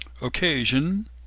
Occasion